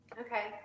Okay